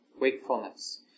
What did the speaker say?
wakefulness